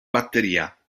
batteria